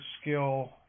skill